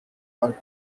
are